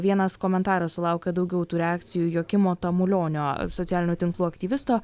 vienas komentaras sulaukė daugiau tų reakcijų joakimo tamulionio socialinių tinklų aktyvisto